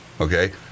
Okay